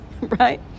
right